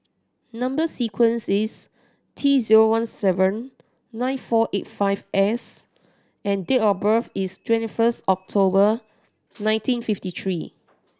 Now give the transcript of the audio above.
number sequence is T zero one seven nine four eight five S and date of birth is twenty first October nineteen fifty three